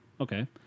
okay